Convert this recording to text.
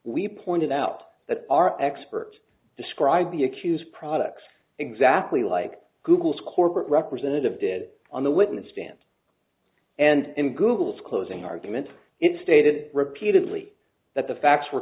we pointed out that our expert described the accused products exactly like google's corporate representative did on the witness stand and in google's closing arguments it stated repeatedly that the facts were